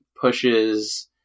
pushes